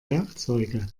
werkzeuge